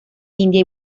india